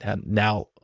now